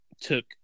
took